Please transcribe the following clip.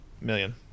Million